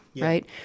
right